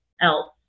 else